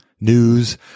news